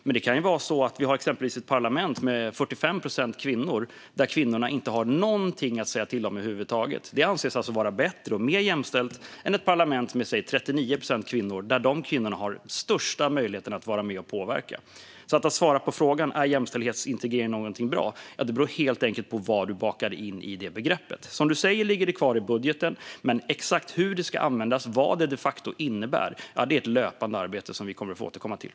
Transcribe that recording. Men det kan ju vara så exempelvis att ett parlament har 45 procent kvinnor där kvinnorna inte har någonting att säga till om över huvud taget. Det anses alltså vara bättre och mer jämställt än ett parlament med, säg, 39 procent kvinnor där de kvinnorna har den största möjlighet att vara med och påverka? Svaret på frågan om jämställdhetsintegrering är bra beror alltså helt enkelt på vad man bakar in i det begreppet. Som du säger ligger det kvar i budgeten, men exakt hur det ska användas, vad det de facto innebär, är ett löpande arbete som vi kommer att få återkomma till.